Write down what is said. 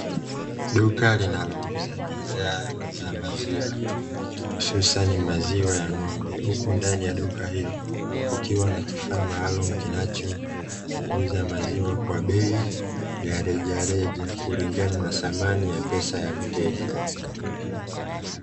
Duka linalouza bidhaa za maziwa, hususani maziwa ya ng'ombe, huku ndani ya duka hilo kukiwa na kifaa maalumu kinachouza maziwa kwa bei ya rejareja kulingana na thamani ya pesa ya mteja.